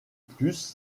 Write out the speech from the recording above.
plus